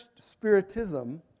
spiritism